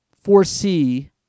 foresee